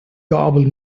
garbled